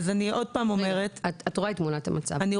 את רואה את תמונת המצב ואת מסכימה איתי שהיא עגומה.